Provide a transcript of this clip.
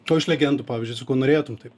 o iš legendų pavyzdžiui su kuo norėtum taip